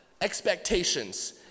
expectations